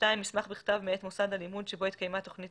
מסמך בכתב מאת מוסד הלימוד שבו התקיימה תוכנית